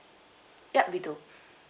ya we do